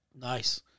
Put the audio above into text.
Nice